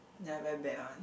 ya I very bad one